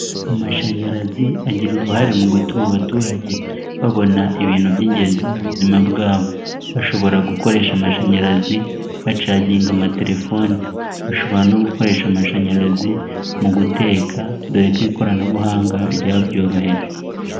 Amashanyarazi agira uruhare mu gutuma abaturage babona ibintu by'ingenzi mu buzima bwabo bashobora gukoresha amashanyarazi bacagiga amatelefoni, bashobora no gukoresha amashanyarazi mu guteka dore ko ikoranabuhanga ryabyoroheje.